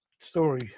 Story